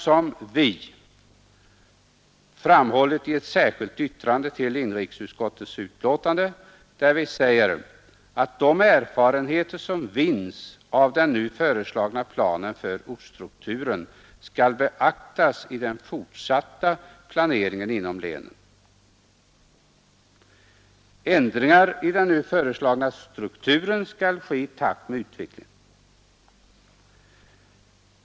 Som vi tillsammans med folkpartiet framhållit i detta särskilda yttrande skall de erfarenheter som finns av den nu föreslagna ortsstrukturen beaktas i den fortsatta planeringen inom länen. Förändringar i den föreslagna planen skall ske i takt med utvecklingen.